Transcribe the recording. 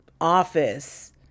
office